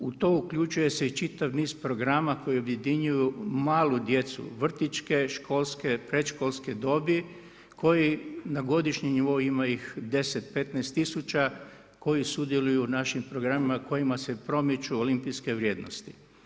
U to uključuje se i čitav niz programa koji objedinjuju mali djecu vrtićke, školske, predškolske dobi, koji na godišnjem nivou ima ih 10, 15 000, koje sudjeluju u našim programima, u kojima se promiču olimpijske vrijednosti.